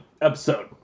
episode